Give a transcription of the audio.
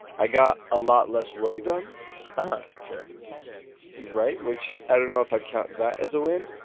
i got a lot less work done huh. sure right which i don't know if i'd count that as a win.